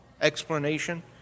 explanation